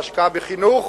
להשקעה בחינוך,